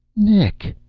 nick!